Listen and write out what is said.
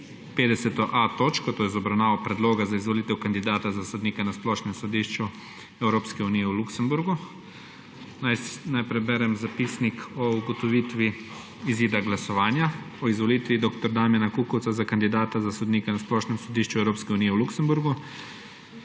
dnevnega reda, obravnavo Predloga za izvolitev kandidata za sodnika na Splošnem sodišču Evropske unije v Luksemburgu. Naprej berem zapisnik o ugotovitvi izida glasovanja o izvolitvi dr. Damjana Kukovca za kandidata za sodnika na Splošnem sodišču Evropske unije v Luksemburgu